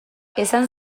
esan